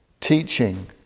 teaching